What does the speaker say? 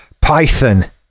Python